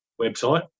website